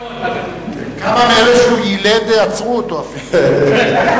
כמה מאלה שהוא יילד עצרו אותו אפילו.